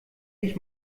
dich